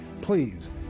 please